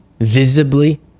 visibly